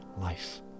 life